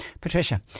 Patricia